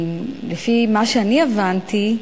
לפי מה שאני הבנתי,